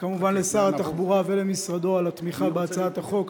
וכמובן לשר התחבורה ולמשרדו על התמיכה בהצעת החוק.